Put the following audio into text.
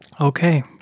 okay